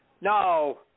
No